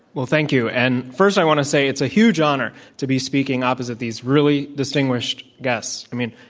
well, thank you. and first i want to say it's a huge honor to be speaking opposite these really distinguished guests. i mean,